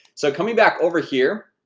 so coming back over here